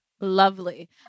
Lovely